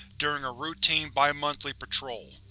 during a routine bi-monthly patrol.